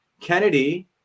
Kennedy